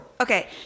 Okay